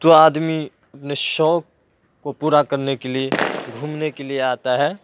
تو آدمی اپنے شوق کو پورا کرنے کے لیے گھومنے کے لیے آتا ہے